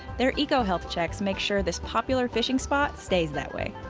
their eco health checks make sure this popular fishing spot stays that way.